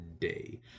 day